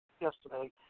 yesterday